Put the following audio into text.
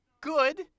good